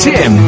Tim